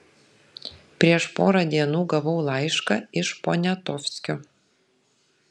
prieš porą dienų gavau laišką iš poniatovskio